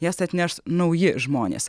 jas atneš nauji žmonės